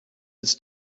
its